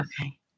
Okay